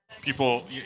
People